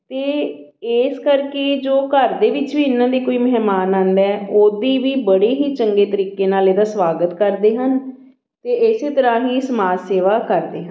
ਅਤੇ ਇਸ ਕਰਕੇ ਜੋ ਘਰ ਦੇ ਵਿੱਚ ਵੀ ਇਹਨਾਂ ਦੇ ਕੋਈ ਮਹਿਮਾਨ ਆਉਂਦਾ ਉਹਦੀ ਵੀ ਬੜੀ ਹੀ ਚੰਗੇ ਤਰੀਕੇ ਨਾਲ ਇਹਦਾ ਸਵਾਗਤ ਕਰਦੇ ਹਨ ਅਤੇ ਇਸ ਤਰ੍ਹਾਂ ਹੀ ਸਮਾਜ ਸੇਵਾ ਕਰਦੇ ਹਨ